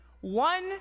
one